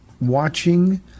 watching